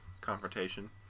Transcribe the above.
confrontation